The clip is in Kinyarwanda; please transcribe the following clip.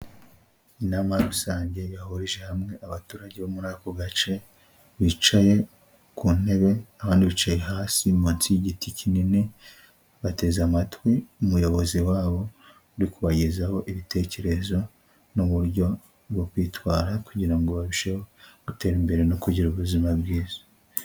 Inama rusange yahurije hamwe abaturage bo muri ako gace, bicaye ku ntebe, abandi bicaye hasi munsi y'igiti kinini, bateze amatwi umuyobozi wabo uri kubagezaho ibitekerezo n'uburyo bwo kwitwara, kugira ngo barusheho gutera imbere no kugira ubuzima bwiza.